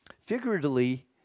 Figuratively